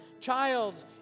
child